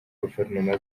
guverinoma